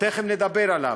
שתכף נדבר עליו,